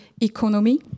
economy